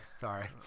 Sorry